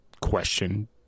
question